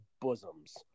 bosoms